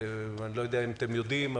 אני לא יודע אם אתם יודעים,